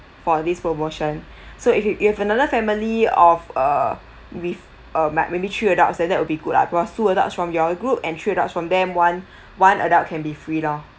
for this promotion so if you if you have another family of err with uh mig~ maybe three adult like that would be good lah because two adults from your group and three adults from them one one adult can be free lor